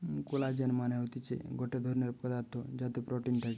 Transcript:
collagen মানে হতিছে গটে ধরণের পদার্থ যাতে প্রোটিন থাকে